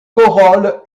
corolle